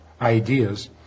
ideas